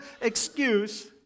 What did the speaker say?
excuse